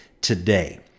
today